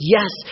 Yes